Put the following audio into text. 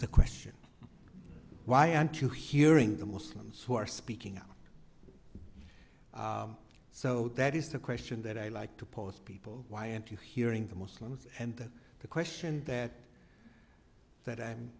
the question why aren't you hearing the muslims who are speaking out so that is the question that i like to pose people why aren't you hearing the muslims and the question that that